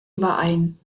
überein